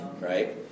right